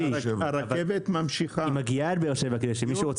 היא מגיעה עד לבאר שבע כדי שמי שרוצה